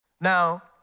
Now